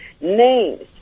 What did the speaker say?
Names